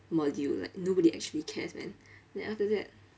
module like nobody actually cares man then after that